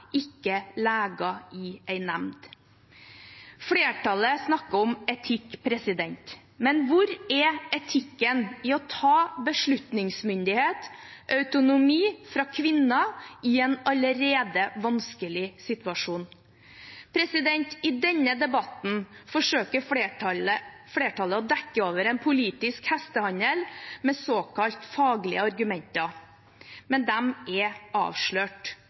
hos leger i en nemnd. Flertallet snakker om etikk, men hvor er etikken i å ta beslutningsmyndighet, autonomi, fra kvinnen i en allerede vanskelig situasjon? I denne debatten forsøker flertallet å dekke over en politisk hestehandel med såkalt faglige argumenter, men de er avslørt.